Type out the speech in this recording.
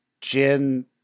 Jin